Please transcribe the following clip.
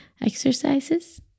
exercises